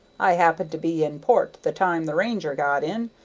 i happened to be in port the time the ranger got in,